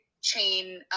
chain